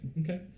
Okay